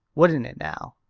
wouldn't it now?